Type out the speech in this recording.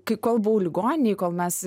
kai kol buvau ligoninėj kol mes